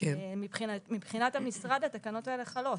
מבחינת המשרד התקנות האלה חלות.